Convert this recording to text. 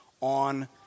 on